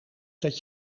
dat